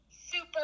super